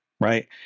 right